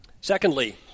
Secondly